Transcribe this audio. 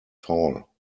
tall